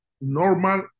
normal